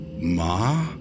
Ma